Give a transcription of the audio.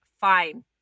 fine